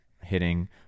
hitting